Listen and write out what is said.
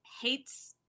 hates